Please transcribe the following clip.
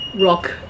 rock